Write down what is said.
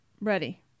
ready